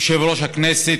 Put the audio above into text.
מי שלא יודע,